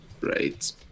right